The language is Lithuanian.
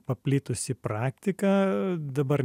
paplitusi praktika dabar